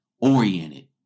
oriented